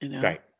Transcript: Right